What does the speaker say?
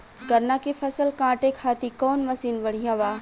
गन्ना के फसल कांटे खाती कवन मसीन बढ़ियां बा?